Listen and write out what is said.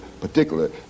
particular